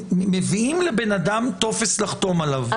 כשמביאים לבן אדם טופס לחתום עליו צריך להסביר?